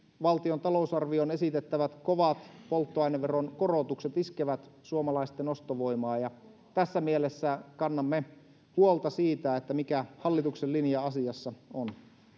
talousarvioon esitettävät kovat polttoaineveron korotukset iskevät suomalaisten ostovoimaan ja tässä mielessä kannamme huolta siitä mikä hallituksen linja asiassa on